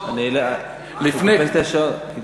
את השעון.